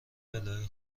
الهه